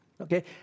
Okay